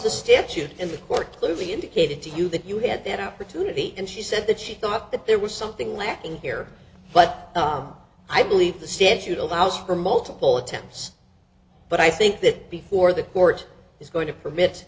the statute in the court clearly indicated to you that you had that opportunity and she said that she thought that there was something lacking here but i believe the statute allows for multiple attempts but i think that before the court is going to permit